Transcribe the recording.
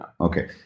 Okay